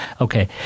Okay